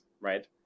right